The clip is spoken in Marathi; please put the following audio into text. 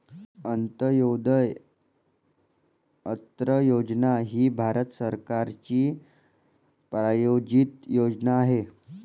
अंत्योदय अन्न योजना ही भारत सरकारची प्रायोजित योजना आहे